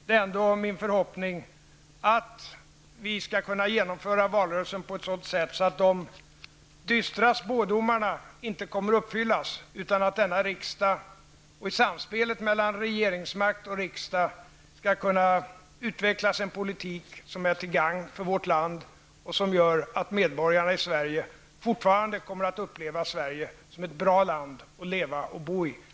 Det är ändå min förhoppning att valrörelsen skall kunna genomföras på ett sådant sätt att de dystra spådomarna inte uppfylls, utan att det i samspelet mellan regeringsmakt och riksdag skall kunna utvecklas en politik som är till gagn för vårt land och som gör att medborgarna fortfarande kommer att uppleva Sverige som ett bra land att leva och bo i.